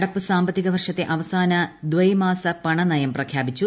നടപ്പു സാമ്പത്തിക വർഷത്തെ അവസാന ദൈമാസ പണനയം പ്രഖ്യാപിച്ചു